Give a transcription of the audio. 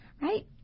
right